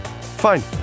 Fine